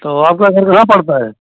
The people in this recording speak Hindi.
तो आपका कितना पड़ता है